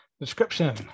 description